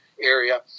area